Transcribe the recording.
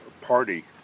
party